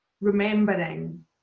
remembering